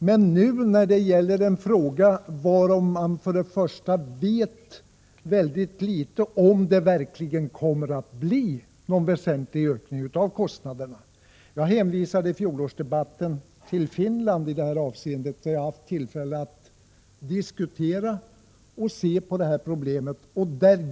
Men nu vet man mycket litet om huruvida det kommer att bli någon väsentlig ökning av kostnaderna. Jag hänvisade i fjol till Finland i detta avseende, då jag har haft tillfälle att diskutera hur det förhåller sig där.